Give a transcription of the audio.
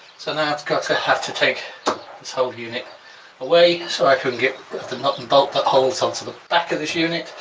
so now i've got to have to take this whole unit away so i can get the nut and bolt that holds ah onto the back of this unit